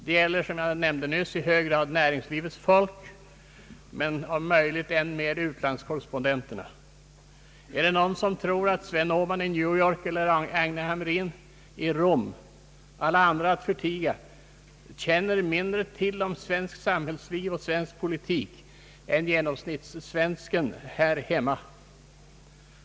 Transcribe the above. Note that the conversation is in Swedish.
Det gäller i hög grad näringslivets folk men om möjligt än mer utlandskorrespondenterna. Är det någon som tror att Sven Åhman i New York eller Agne Hamrin i Rom — alla andra att förtiga — känner mindre till om svenskt samhällsliv och svensk politik än genomsnittssvensken här hemma?